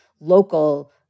local